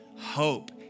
hope